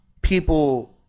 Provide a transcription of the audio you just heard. people